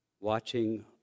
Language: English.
watching